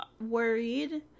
worried